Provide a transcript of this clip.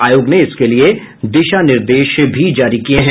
आयोग ने इसके लिए दिशा निर्देश जारी किये हैं